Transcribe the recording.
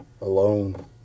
alone